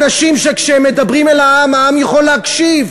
אנשים שכאשר הם מדברים אל העם, העם יכול להקשיב,